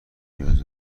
نیاز